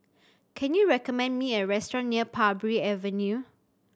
can you recommend me a restaurant near Parbury Avenue